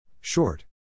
Short